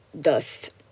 dust